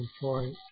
point